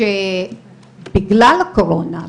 שבגלל הקורונה,